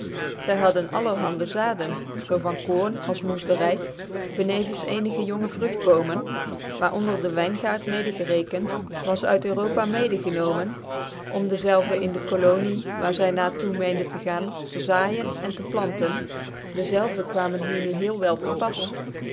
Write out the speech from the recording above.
zy hadden allerhande zaden zoo van koorn als moesdery benevens ccnige jonge vrugtboomen waaronder den wyngaard mede gerekend was uit europa mede genoomen om dezelve in de kolonie waar zy na toe meende tc gaan te zaaijen en te planten dezelve kwamen hier nu heel wel te pas